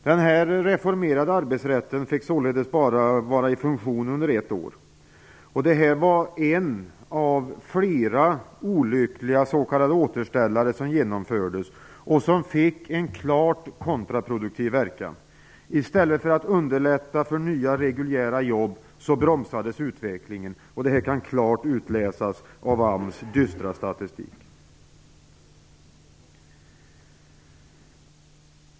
Den reformerade arbetsrätten fick således bara vara i funktion under ett år. Det här var en av flera olyckliga s.k. återställare som genomfördes och som fick en klart kontraproduktiv verkan. I stället för att underlätta för nya reguljära jobb bromsades utvecklingen. Detta kan klart utläsas av AMS dystra statistik.